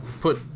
put